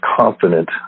confident